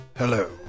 Hello